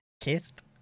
Kissed